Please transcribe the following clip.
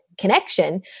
connection